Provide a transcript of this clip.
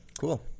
Cool